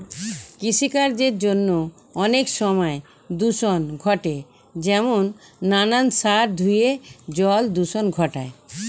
কৃষিকার্যের জন্য অনেক সময় দূষণ ঘটে যেমন নানান সার ধুয়ে জল দূষণ ঘটায়